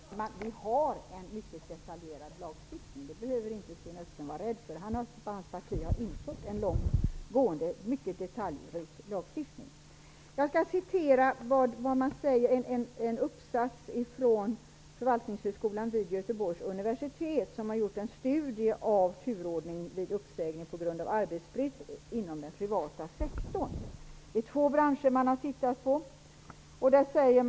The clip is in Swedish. Herr talman! Vi har en mycket detaljerad lagstiftning. Sten Östlund behöver inte oroa sig för det. Sten Östlunds parti har infört en långtgående, mycket detaljrik lagstiftning. Jag skall citera vad som sägs i en uppsats från Förvaltningshögskolan vid Göteborgs universitet, som har gjort en studie av turordningen vid uppsägning på grund av arbetsbrist inom den privata sektorn. Man har tittat på två branscher.